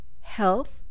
health